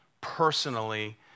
personally